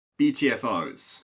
BTFOs